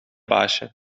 baasje